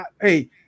Hey